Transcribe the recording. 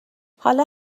حالا